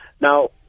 Now